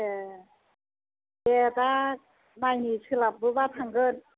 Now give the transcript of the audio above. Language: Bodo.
ए दे दा नायनि सोलाबोब्ला थांगोन